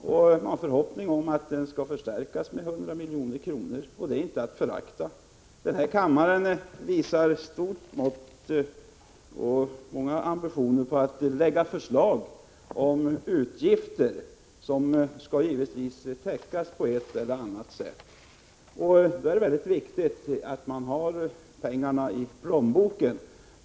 Vi har förhoppningar om en förstärkning med 100 milj.kr., och det är inte att förakta. Denna kammare visar stora ambitioner när det gäller att lägga fram förslag oni utgifter — som givetvis skall täckas på ett eller annat sätt. Då är det mycket viktigt att man har pengarna i plånboken.